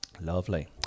lovely